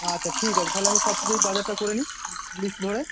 আচ্ছা ঠিক আছে তাহলে আমি সব কিছু ওই বাজারটা করে নিই লিস্ট ধরে